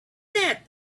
that